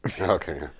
Okay